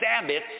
Sabbath